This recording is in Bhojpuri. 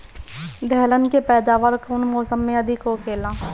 दलहन के पैदावार कउन मौसम में अधिक होखेला?